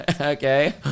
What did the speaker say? okay